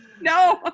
No